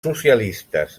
socialistes